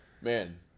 Man